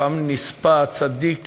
לפעמים נספה צדיק